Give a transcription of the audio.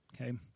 okay